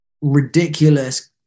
ridiculous